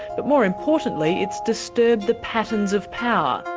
but more importantly, it's disturbed the patterns of power.